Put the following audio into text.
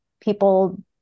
people